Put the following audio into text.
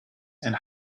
and